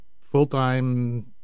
full-time